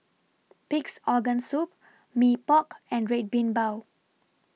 Pig'S Organ Soup Mee Pok and Red Bean Bao